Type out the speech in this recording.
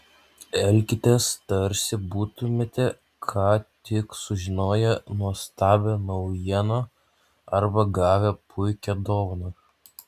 elkitės tarsi būtumėte ką tik sužinoję nuostabią naujieną arba gavę puikią dovaną